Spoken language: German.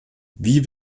wie